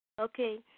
Okay